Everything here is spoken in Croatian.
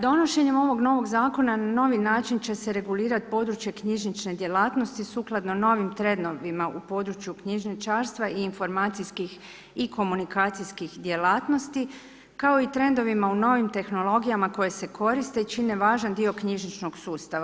Donošenjem ovog novog zakona na novi način će se regulirat područje knjižnične djelatnosti sukladno novim trendovima u području knjižničarstva i informacijskih i komunikacijskih djelatnosti, kao i trendovima u novim tehnologijama koje se koriste i čine važan dio knjižničnog sustava.